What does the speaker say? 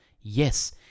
Yes